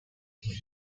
him